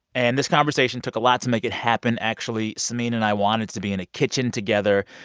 and this conversation took a lot to make it happen. actually, samin and i wanted to be in a kitchen together,